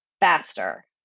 faster